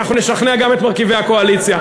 אנחנו נשכנע גם את מרכיבי הקואליציה.